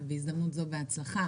ובהזדמנות זאת גם בהצלחה.